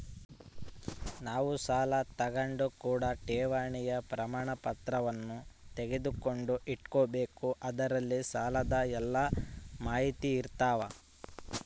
ನಾವು ಸಾಲ ತಾಂಡಾಗ ಕೂಡ ಠೇವಣಿಯ ಪ್ರಮಾಣಪತ್ರವನ್ನ ತೆಗೆದುಕೊಂಡು ಇಟ್ಟುಕೊಬೆಕು ಅದರಲ್ಲಿ ಸಾಲದ ಎಲ್ಲ ಮಾಹಿತಿಯಿರ್ತವ